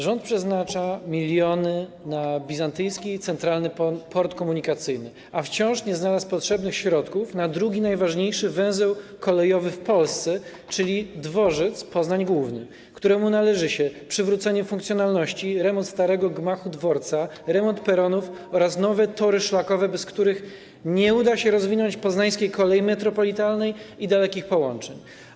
Rząd przeznacza miliony na projekt bizantyjski, na Centralny Port Komunikacyjny, a wciąż nie znalazł potrzebnych środków na drugi najważniejszy węzeł kolejowy w Polsce, czyli dworzec Poznań Główny, któremu należą się: przywrócenie funkcjonalności, remont starego gmachu dworca, remont peronów oraz nowe tory szlakowe, bez których nie uda się rozwinąć Poznańskiej Kolei Metropolitalnej i dalekich połączeń.